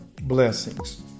blessings